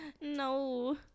no